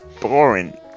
boring